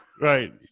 Right